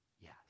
yes